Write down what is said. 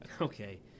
Okay